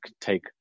take